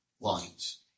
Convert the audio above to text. lines